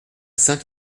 saint